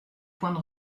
points